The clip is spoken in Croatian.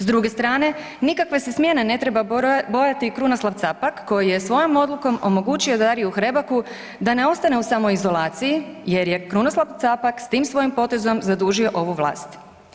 S druge strane, nikakve se smjene ne treba bojati Krunoslav CApak koji je svojom odlukom omogućio Dariju Hrebaku da ne ostane u samoizolaciji jer je Krunoslav Capak s tim svojim potezom zadužio ovu vlast.